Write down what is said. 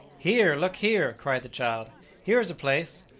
here, look here! cried the child here's a place!